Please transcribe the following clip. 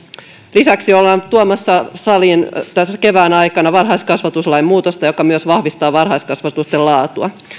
lisäksi ollaan tuomassa saliin tässä kevään aikana varhaiskasvatuslain muutosta joka myös vahvistaa varhaiskasvatuksen laatua